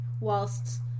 whilst